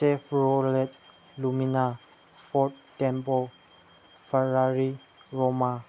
Chevrolet Lumina Ford Tempo Ferrari ꯔꯣꯃꯥ